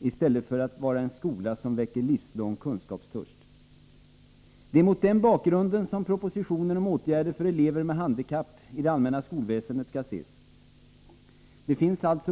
i stället för en skola som väcker livslång kunskapstörst. Det är mot denna bakgrund som propositionen om åtgärder för elever med handikapp i det allmänna skolväsendet skall ses.